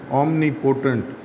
omnipotent